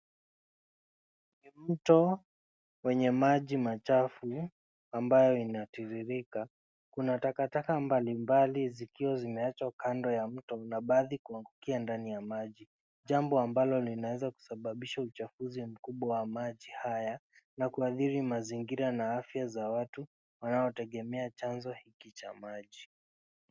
Ni mto wenye maji machafu ambayo inatiririka. Kuna takataka mbalimbali zikiachwa kando ya mto na baadhi kuangukia ndani ya maji. Jambo ambalo linaweza kusababisha uchafuzi mkubwa wa maji haya na kuathiri mazingira na afya za watu wanaotegemea chanzo hiki cha maji.